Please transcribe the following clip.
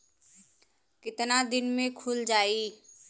कितना दिन में खुल जाई?